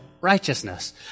righteousness